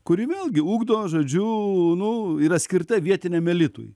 kuri vėlgi ugdo žodžiu nu yra skirta vietiniam elitui